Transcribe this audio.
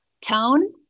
tone